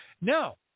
no